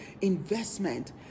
investment